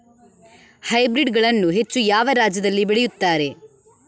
Hybrid ಗಳನ್ನು ಹೆಚ್ಚು ಯಾವ ರಾಜ್ಯದಲ್ಲಿ ಬೆಳೆಯುತ್ತಾರೆ?